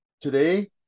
Today